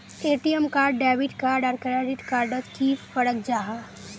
ATM card debit card आर credit card डोट की फरक जाहा?